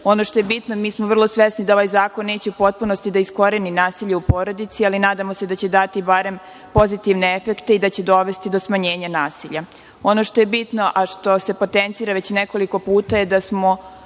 što je bitno, mi smo vrlo svesni da ovaj zakon neće u potpunosti da iskoreni nasilje u porodici, ali nadamo se da će dati barem pozitivne efekte i da će dovesti do smanjenja nasilja. Ono što je bitno, a što se potencira već nekoliko puta, je da smo